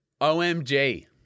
OMG